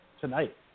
tonight